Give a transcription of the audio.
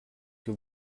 que